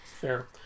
fair